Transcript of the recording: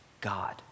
God